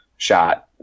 shot